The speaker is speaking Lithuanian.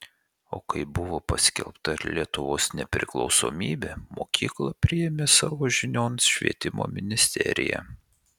o kai buvo paskelbta lietuvos nepriklausomybė mokyklą priėmė savo žinion švietimo ministerija